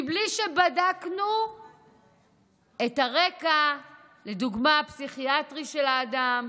בלי שבדקנו למשל את הרקע הפסיכיאטרי של האדם.